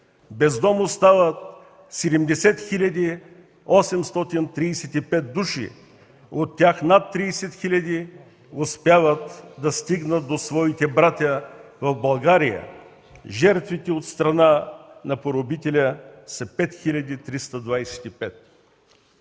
Без дом остават 70 835 души, от тях над 30 000 успяват да стигнат до своите братя в България. Жертвите от страна на поробителя са 5325.